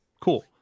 Cool